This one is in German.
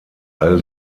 all